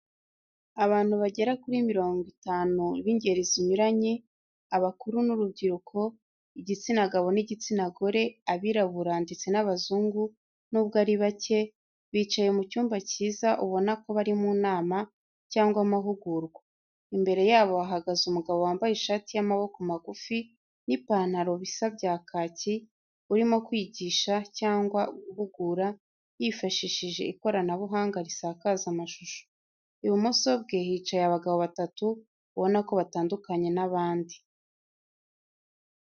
Abantu bagera kuri mirongo itanu b'ingeri zinyuranye, abakuru n'urubyiruko, igitsina gabo n'igitsina gore, abirabura ndetse n'abazungu nubwo ari bake, bicaye mu cyumba cyiza ubona ko bari mu nama cyangwa amahugurwa, imbere yabo hahagaze umugabo wambaye ishati y'amaboko magufi n'ipantaro bisa bya kaki, urimo kwigisha cyangwa guhugura yifashishije ikoranabuhanga risakaza amashusho. Ibumoso bwe hicaye abagabo batatu ubona ko batandukanye n'abandi.